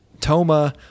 toma